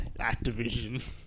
Activision